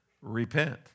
repent